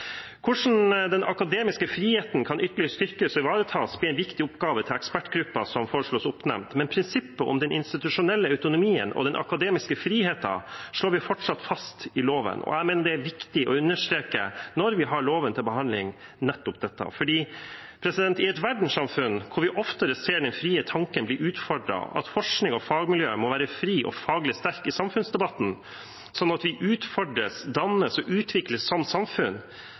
Hvordan den akademiske friheten ytterligere kan styrkes og ivaretas, blir en viktig oppgave for ekspertgruppen som foreslås oppnevnt, men prinsippet om den institusjonelle autonomien og den akademiske friheten slår vi fortsatt fast i loven. Når vi har loven til behandling, mener jeg det er viktig å understreke nettopp dette. I et verdenssamfunn hvor vi oftere ser at den frie tanken blir utfordret, må forskning og fagmiljøer være frie og faglig sterke i samfunnsdebatten, sånn at vi utfordres, dannes og utvikles som samfunn